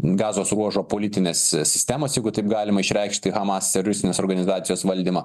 gazos ruožo politinės sistemos jeigu taip galima išreikšti hamas teroristinės organizacijos valdymą